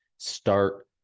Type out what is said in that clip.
Start